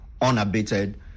unabated